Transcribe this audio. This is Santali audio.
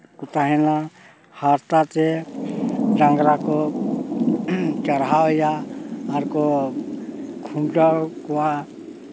ᱛᱟᱦᱮᱱᱟ ᱦᱟᱨᱛᱟ ᱛᱮ ᱰᱟᱝᱨᱟ ᱠᱚ ᱪᱟᱨᱦᱟᱣ ᱮᱭᱟ ᱟᱨᱠᱚ ᱠᱷᱩᱱᱴᱟᱹᱣ ᱠᱚᱣᱟ